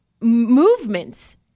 movements